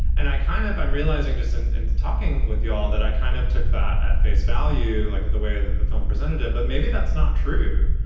and i kind of i'm realizing just in and talking with you all that i kind of took that at face value, like the way the film presented it. but maybe that's not true.